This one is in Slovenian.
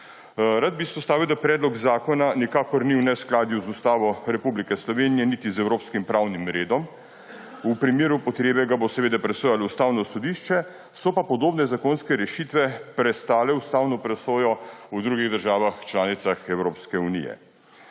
Rad bi izpostavil, da predlog zakona nikakor ni v neskladju z Ustavo Republike Slovenije niti z evropskim pravnim redom − v primeru potrebe ga bo seveda presojalo Ustavno sodišče −, so pa podobne zakonske rešitve prestale ustavno presojo v drugih državah članicah Evropske unije.